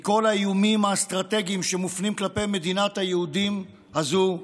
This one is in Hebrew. מכל האיומים האסטרטגיים שמופנים כלפי מדינת היהודים הזו,